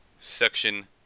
Section